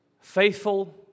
faithful